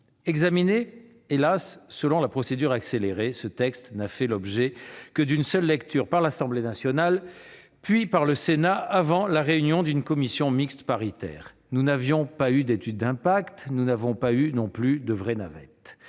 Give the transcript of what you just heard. Examinée, hélas, selon la procédure accélérée, cette proposition de loi n'a fait l'objet que d'une seule lecture par l'Assemblée nationale puis par le Sénat avant la réunion d'une commission mixte paritaire. Nous n'avions pas eu d'étude d'impact ; nous n'avons pas eu non plus de véritable navette